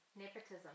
nepotism